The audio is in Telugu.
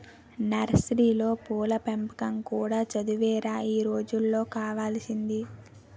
నర్సరీలో పూల పెంపకం కూడా చదువేరా ఈ రోజుల్లో కావాల్సింది